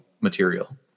material